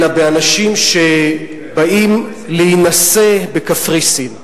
אלא באנשים שבאים להינשא בקפריסין.